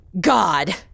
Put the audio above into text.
God